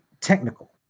technical